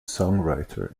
songwriter